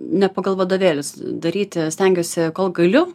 ne pagal vadovėlius daryti stengiuosi kol galiu